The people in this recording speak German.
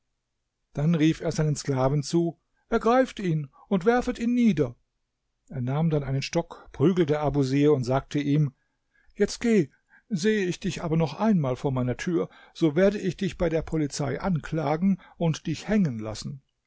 dann rief er seinen sklaven zu ergreift ihn und werfet ihn nieder er nahm dann einen stock prügelte abusir und sagte ihm jetzt geh sehe ich dich aber noch einmal vor meiner tür so werde ich dich bei der polizei anklagen und dich hängen lassen